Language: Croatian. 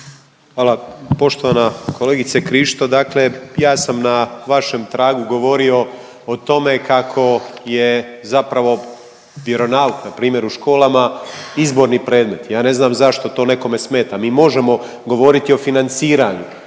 Hvala. Poštovana kolegice Krišto, dakle ja sam na vašem tragu govorio o tome kako je zapravo vjeronauk na primjer u školama izborni predmet. Ja ne znam zašto to nekome smeta. Mi možemo govoriti o financiranju.